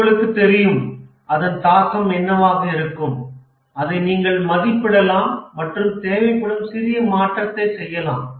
உங்களுக்குத் தெரியும் அதன் தாக்கம் என்னவாக இருக்கும் அதை நீங்கள் மதிப்பிடலாம் மற்றும் தேவைப்படும் சிறிய மாற்றத்தை செய்யலாம்